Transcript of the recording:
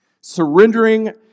Surrendering